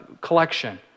collection